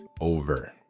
over